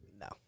No